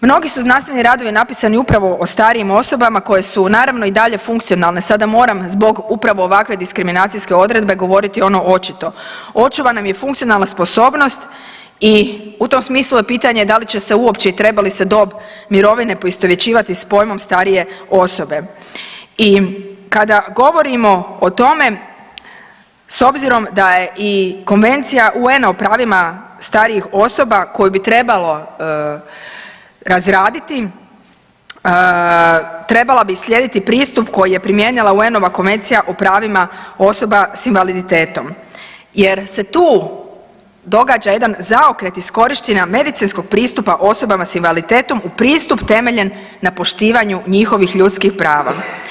Mnogi su znanstveni radovi napisani upravo o starijim osobama koje su naravno, i dalje funkcionalne, sada moram, zbog upravo ovakve diskriminacijske odredbe govoriti ono očito, očuvana im je funkcionalna sposobnost i u tom smislu je pitanje da li će se uopće i trebali se dob mirovine poistovjećivati s pojmom starije osobe i kada govorimo o tome, s obzirom da je i Konvencija UN-a o pravima starijih osoba koju bi trebalo razraditi, trebala bi slijediti pristup koji je primijenila UN-ova konvencija o pravima osoba s invaliditetom, jer se tu događa jedan zaokret iskoristi medicinskog pristupa osobama s invaliditetom u pristup temeljen na poštivanju njihovih ljudskih prava.